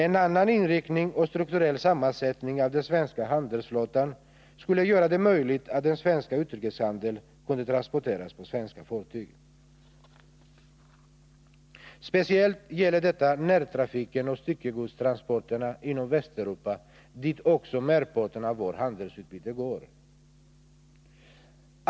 En annan inriktning och strukturell sammansättning av den svenska handelsflottan skulle innebära att den svenska utrikeshandeln kunde transporteras på svenska fartyg. Speciellt gäller detta närtrafiken och styckegodstransporterna inom Västeuropa, dit också merparten av vårt handelsutbyte går.